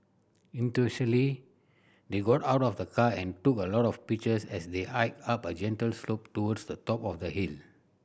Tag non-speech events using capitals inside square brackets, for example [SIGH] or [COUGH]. [UNINTELLIGIBLE] they got out of the car and took a lot of pictures as they hiked up a gentle slope towards the top of the hill